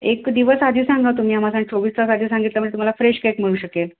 एक दिवस आधी सांगा तुम्ही आम्हाला चोवीस तास आधी सांगितलं म्हणजे तुम्हाला फ्रेश केक मिळू शकेल